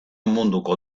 munduko